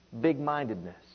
big-mindedness